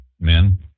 men